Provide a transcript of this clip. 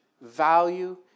value